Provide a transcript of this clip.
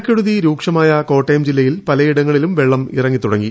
മഴക്കെടുതി രൂക്ഷമായ കോട്ടയം ജില്ലയിൽ പലയിടങ്ങളിലും വെള്ളം ഇറങ്ങി തുടങ്ങി